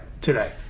today